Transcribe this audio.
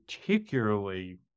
particularly